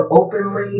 openly